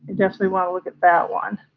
definitely want to look at that one.